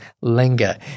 linger